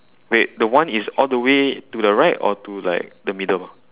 wait the one is all the way to the right or to like the middle